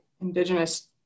indigenous